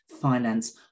finance